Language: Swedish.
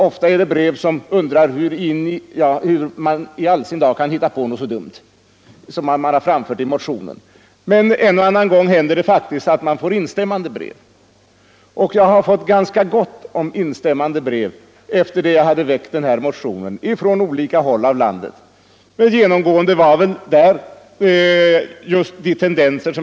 Ofta är det brev där det undras hur i all sin dar vi har kunnat hitta på något så dumt som det vi framfört i mo tionen. Men en och annan gång händer det faktiskt att man får instämmande brev. Jag har fått ganska många sådana från olika håll i landet sedan jag väckte den här motionen.